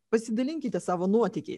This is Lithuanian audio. pasidalinkite savo nuotykiais